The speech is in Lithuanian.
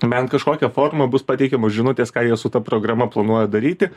bent kažkokia forma bus pateikiamos žinutės ką jie su ta programa planuoja daryti